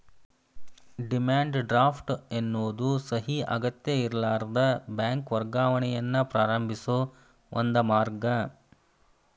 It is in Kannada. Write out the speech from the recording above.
ಡಿಮ್ಯಾಂಡ್ ಡ್ರಾಫ್ಟ್ ಎನ್ನೋದು ಸಹಿ ಅಗತ್ಯಇರ್ಲಾರದ ಬ್ಯಾಂಕ್ ವರ್ಗಾವಣೆಯನ್ನ ಪ್ರಾರಂಭಿಸೋ ಒಂದ ಮಾರ್ಗ